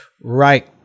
Right